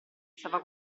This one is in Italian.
stava